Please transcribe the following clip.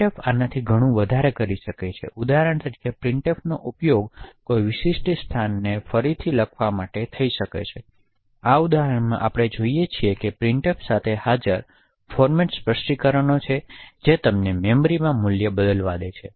printf આનાથી ઘણું વધારે કરી શકે છે ઉદાહરણ તરીકે પ્રિન્ટફનો ઉપયોગ પણ કોઈ વિશિષ્ટ સ્થાનને ફરીથી લખવા માટે થઈ શકે છે તેથી આ ઉદાહરણમાં આપણે જોઈએ છીએ કે પ્રિન્ટફ સાથે હાજર ફોર્મેટ સ્પષ્ટીકરણો છે જે તમને મેમરીમાં મૂલ્ય બદલવા દે છે